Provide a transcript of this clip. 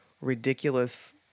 ridiculous